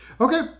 Okay